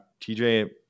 TJ